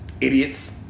idiots